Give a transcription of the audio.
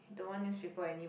don't want newspaper any